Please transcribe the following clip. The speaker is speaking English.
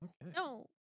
No